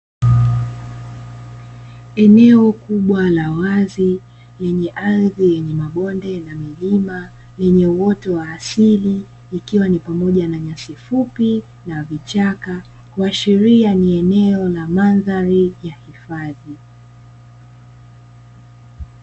Eneo kubwa la wazi lenye ardhi yenye mabonde na milima yenye uoto wa asili. Ikiwa ni pamoja na nyasi fupi na vichaka kuashilia ni eneo la mandhari ya hifadhi.